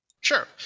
sure